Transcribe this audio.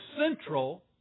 central